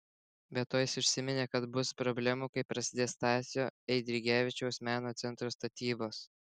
be to jis užsiminė kad bus problemų kai prasidės stasio eidrigevičiaus meno centro statybos